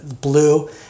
blue